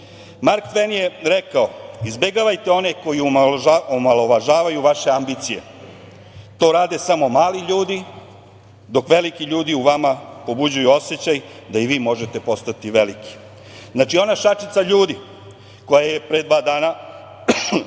Tven je rekao – izbegavajte one koji omalovažavaju vaše ambicije. To rade samo mali ljudi, dok veliki ljudi u vama pobuđuju osećaj da i vi možete postati veliki. Znači, ona šačica ljudi koja je pre dva dana